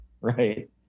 Right